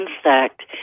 insect